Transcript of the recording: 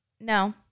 No